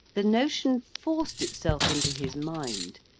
the notion forced itself into his mind,